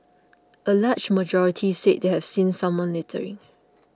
a large majority said they have seen someone littering